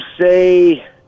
say